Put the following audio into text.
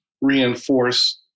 reinforce